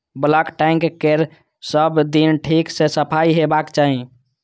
bulk tank केर सब दिन ठीक सं सफाइ होबाक चाही